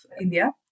India